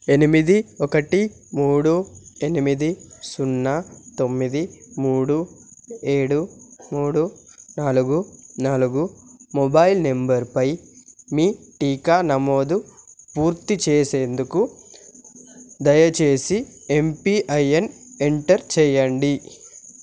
ఎనిమిది ఒకటి మూడు ఎనిమిది సున్నా తొమ్మిది మూడు ఏడు మూడు నాలుగు నాలుగు మొబైల్ నెంబర్పై మీ టీకా నమోదు పూర్తి చేసేందుకు దయచేసి ఎంపీఐఎన్ ఎంటర్ చేయండి